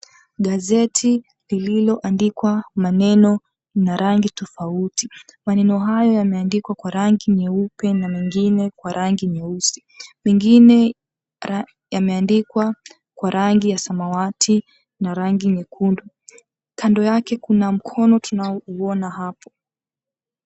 Gazeti lililoandikwa maneno na rangi tofauti. Maneno yameandikwa kwa rangi nyeupe na mengine kwa rangi nyeusi. Mengine yameandikwa kwa rangi ya samawati na rangi nyekundu. Kando yake kuna mkono tunaouona hapo.